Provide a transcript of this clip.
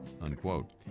unquote